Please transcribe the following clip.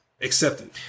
accepted